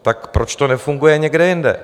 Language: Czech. Tak proč to nefunguje někde jinde?